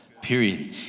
Period